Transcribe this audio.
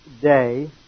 day